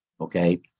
Okay